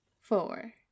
four